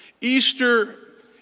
Easter